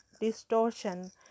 distortion